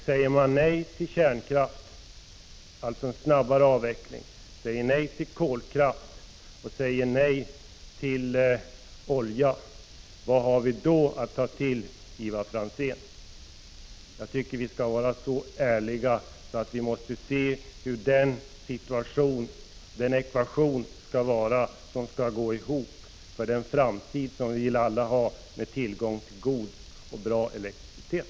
Säger man nej till kärnkraften — alltså en snabbare avveckling — nej till kolkraft, nej till olja, vad har vi då att ta till, Ivar Franzén? Jag tycker att vi skall vara ärliga så att vi kan se hur ekvationen skall vara för att gå ihop med tanke på den framtid som vi alla vill ha med tillgång till bra elektricitet.